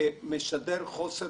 משדר חוסר